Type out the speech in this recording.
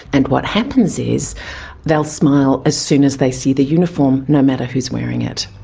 and what happens is they will smile as soon as they see the uniform, no matter who's wearing it.